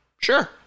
Sure